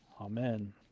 Amen